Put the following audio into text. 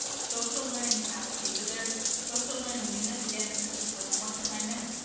social learning tab. okay. so, there's social learning units. again, this is it for homework assignments.